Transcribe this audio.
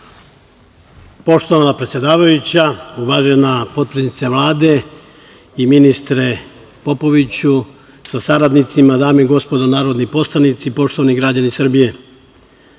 Poštovana predsedavajuća, uvažena potpredsednice Vlade i ministre Popoviću sa saradnicima, dame i gospodo narodni poslanici, poštovani građani Srbije,